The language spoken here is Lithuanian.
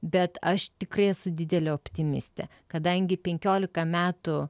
bet aš tikrai esu didelė optimistė kadangi penkiolika metų